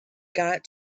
got